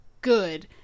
good